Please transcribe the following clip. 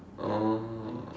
oh